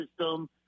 system